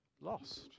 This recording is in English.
lost